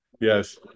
Yes